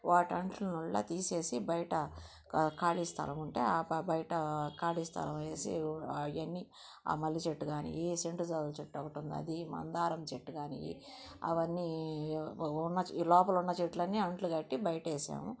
వాటి అంట్లను అలా తీసేసి బయట క ఖాళీ స్థలం ఉంటే ప బయట ఖాళీ స్థలము వేసి అవి అన్నీ మల్లె చెట్టు కానీ ఈ సెంటుజాజుల చెట్టు ఒకటి ఉన్నది మందారం చెట్టు కానీ అవన్నీ ఉన్న చె లోపల ఉన్న చెట్లు అన్నీ అంట్లు కట్టి బయట వేశాము